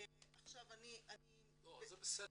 זה בסדר,